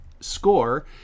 score